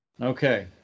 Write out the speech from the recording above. Okay